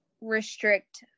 restrict